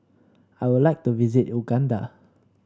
I would like to visit Uganda